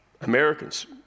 Americans